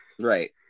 Right